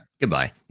goodbye